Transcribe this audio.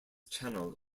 channel